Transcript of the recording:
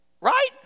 Right